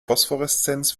phosphoreszenz